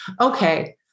okay